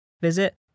visit